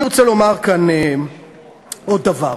אני רוצה לומר כאן עוד דבר: